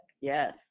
Yes